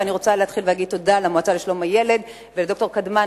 אני רוצה להודות למועצה לשלום הילד ולד"ר קדמן,